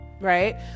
Right